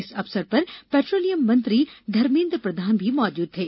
इस अवसर पर पेट्रोलियम मंत्री धर्मेन्द्र प्रधान भी मौजूद थे